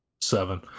seven